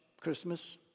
Christmas